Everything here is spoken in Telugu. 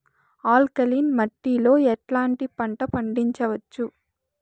ఆల్కలీన్ మట్టి లో ఎట్లాంటి పంట పండించవచ్చు,?